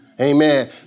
Amen